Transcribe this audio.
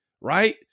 right